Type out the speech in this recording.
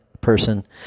person